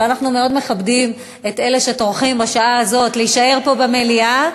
אבל אנחנו מאוד מכבדים את אלה שטורחים בשעה הזאת להישאר פה במליאה.